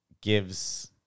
gives